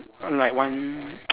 like one